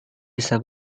bisa